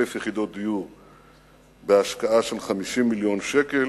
1,000 יחידות דיור בהשקעה של 50 מיליון שקל.